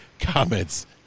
comments